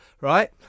right